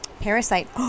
Parasite